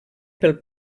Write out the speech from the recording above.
pel